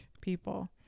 people